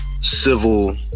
civil